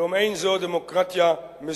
כלום אין זו דמוקרטיה מזויפת